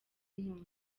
ntunze